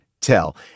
tell